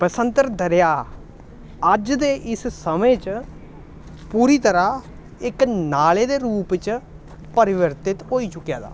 बसंतर दरेआ अज्ज दे इस समें च पूरी त'रा इक नाले दे रूप च परिवर्तित होई चुके दा